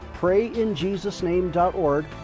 PrayInJesusName.org